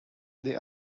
they